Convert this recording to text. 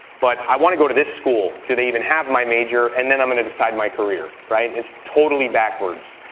but i want to go to this school, do they even have my major, and then i'm gonna decide my career, right, it's totally backwards.